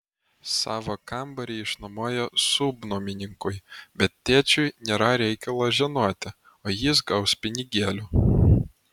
savo kambarį išnuomojo subnuomininkui bet tėčiui nėra reikalo žinoti o jis gaus pinigėlių